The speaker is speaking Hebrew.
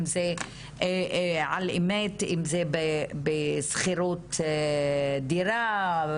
אם זה בשכירות דירה,